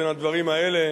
בין הדברים האלה